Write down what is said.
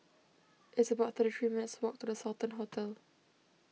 it's about thirty three minutes' walk to the Sultan Hotel